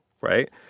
right